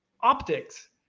optics